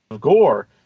gore